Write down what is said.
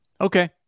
Okay